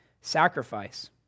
sacrifice